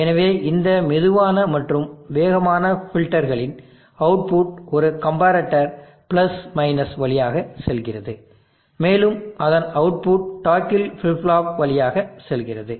எனவே இந்த மெதுவான மற்றும் வேகமான ஃபில்டர்களின் அவுட்புட் ஒரு கம்பரட்டர் வழியாக செல்கிறது மேலும் அதன் அவுட்புட் டாக்கில் ஃபிளிப் ஃப்ளாப் வழியாக செல்கிறது